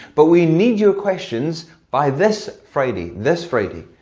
but we need your questions by this friday, this friday.